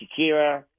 Shakira